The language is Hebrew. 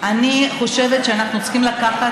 אני חושבת שאנחנו צריכים לקחת,